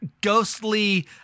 ghostly